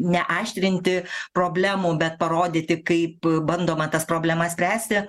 neaštrinti problemų bet parodyti kaip bandoma tas problemas spręsti